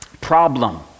Problem